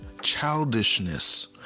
childishness